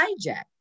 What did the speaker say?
hijacked